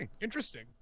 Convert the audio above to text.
interesting